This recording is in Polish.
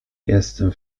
jestem